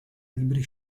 libri